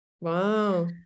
Wow